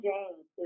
James